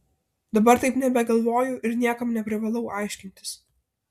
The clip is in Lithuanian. dabar taip nebegalvoju ir niekam neprivalau aiškintis